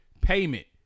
payment